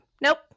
Nope